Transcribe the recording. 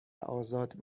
آزاد